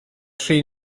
tri